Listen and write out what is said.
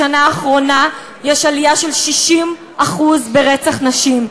בשנה האחרונה יש עלייה של 60% ברצח נשים.